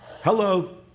hello